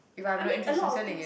I mean a lot of things